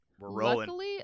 Luckily